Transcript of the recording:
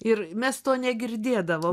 ir mes to negirdėdavom